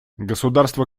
государства